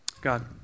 God